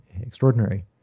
extraordinary